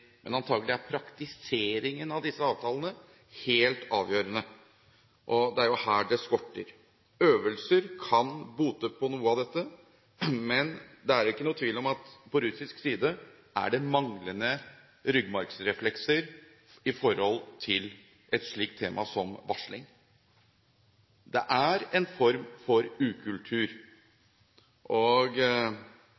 men antakelig er praktiseringen av disse avtalene helt avgjørende. Det er her det skorter. Øvelser kan bøte på noe av dette, men det er ikke noen tvil om at på russisk side er det manglende ryggmargsreflekser når det gjelder et slikt tema som varsling. Det er en form for ukultur,